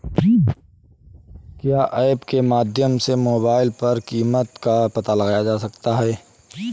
क्या ऐप के माध्यम से मोबाइल पर कीमत का पता लगाया जा सकता है?